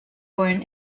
born